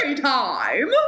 time